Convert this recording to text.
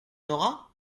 auras